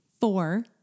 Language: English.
four